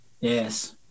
Yes